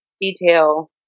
detail